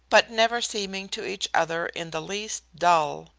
but never seeming to each other in the least dull.